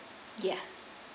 ya